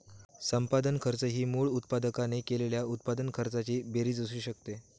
संपादन खर्च ही मूळ उत्पादकाने केलेल्या उत्पादन खर्चाची बेरीज असू शकते